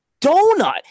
donut